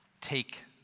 take